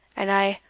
and i,